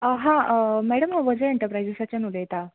हां मेडम हांव वर्जे एंट्रप्रायसाच्यान उलयतां